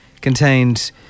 contained